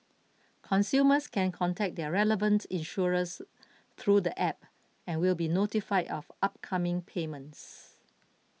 consumers can contact their relevant insurers through the app and will be notified of upcoming payments